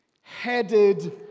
headed